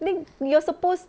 ling~ you're supposed